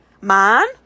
man